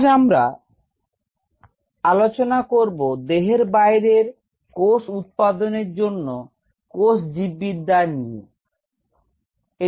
আজ আমরা আলোচনা করব দেহের বাইরে কোষ উৎপাদনের জন্য কোষ জীববিদ্যা নিয়ে আলোচনা করব